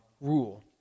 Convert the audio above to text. rule